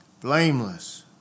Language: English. Blameless